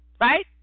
right